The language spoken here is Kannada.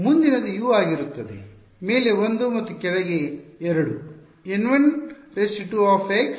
ಮುಂದಿನದು U ಆಗಿರುತ್ತದೆ ಮೇಲೆ 1 ಮತ್ತು ಕೆಳಗೆ 2 N 12